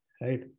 right